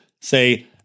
say